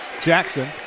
Jackson